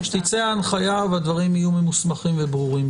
שתצא הנחייה והדברים יהיו ממוסמכים וברורים.